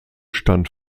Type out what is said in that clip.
stand